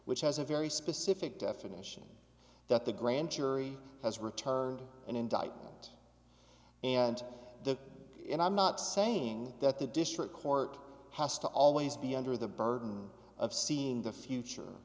which has a very specific definition that the grand jury has returned an indictment and that is and i'm not saying that the district court has to always be under the burden of seeing the future